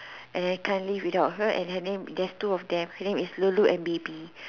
and I can't live without her and her name is there is two of them their name is Lily and Bibby